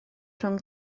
rhwng